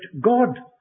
God